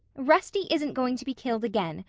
rusty isn't going to be killed again.